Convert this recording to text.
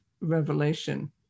revelation